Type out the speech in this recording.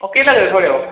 ओह् केह् लगदे थुआढ़े ओह्